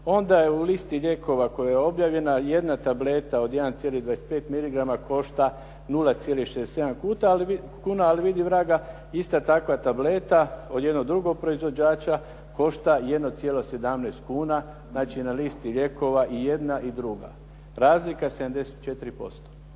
onda je u listi lijekova koja je objavljena jedna tableta od 1,25 miligrama košta 0,67 kuna, ali vidi vraga, ista takva tableta od jednog drugog proizvođača košta 1,17 kuna, znači na listi lijekova i jedna i druga. Razlika je 74%.